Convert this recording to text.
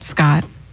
Scott